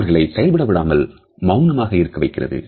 அவர்களை செயல்படவிடாமல் மௌனமாக இருக்க வைக்கிறது